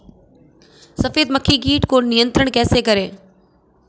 सफेद मक्खी कीट को नियंत्रण कैसे करें?